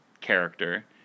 character